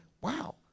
wow